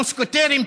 מוסקטרים,